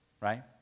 Right